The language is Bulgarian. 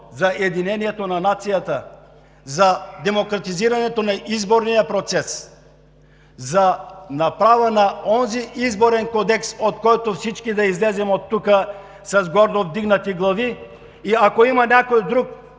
за единението на нацията, за демократизирането на изборния процес, за направата на онзи Изборен кодекс, за който всички да излезем оттук с гордо вдигнати глави. И ако има някой друг